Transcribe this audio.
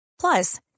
Plus